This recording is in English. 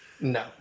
no